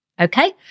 Okay